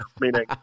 meaning